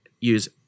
use